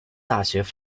大学